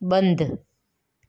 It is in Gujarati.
બંધ